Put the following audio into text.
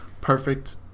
perfect